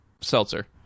seltzer